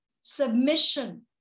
submission